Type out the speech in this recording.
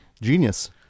Genius